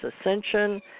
ascension